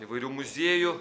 įvairių muziejų